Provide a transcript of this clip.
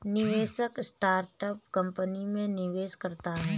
निवेशक startup company में निवेश करता है